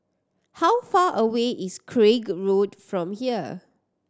how far away is Craig Road from here